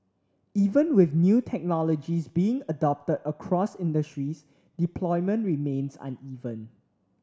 even with new technologies being adopted across industries deployment remains uneven